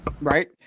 Right